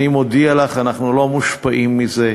אני מודיע לך: אנחנו לא מושפעים מזה,